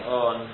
on